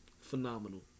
phenomenal